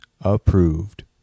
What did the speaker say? approved